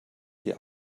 die